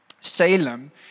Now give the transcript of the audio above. Salem